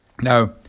Now